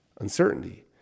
uncertainty